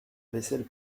vaisselle